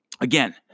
again